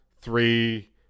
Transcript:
three